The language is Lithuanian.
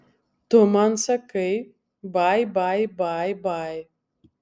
tu man sakai bai bai bai bai